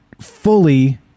fully